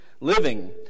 Living